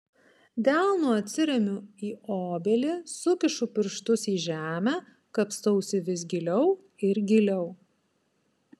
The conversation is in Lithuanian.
delnu atsiremiu į obelį sukišu pirštus į žemę kapstausi vis giliau ir giliau